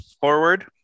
forward